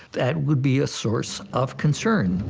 that would be a source of concern.